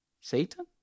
Satan